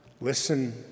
listen